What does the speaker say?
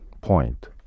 point